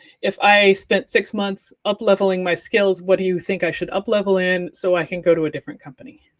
if i spent six months up-levelling my skills, what do you think i should up-level in so i can go to a different company?